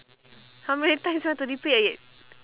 how many times you want to repeat